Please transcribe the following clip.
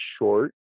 short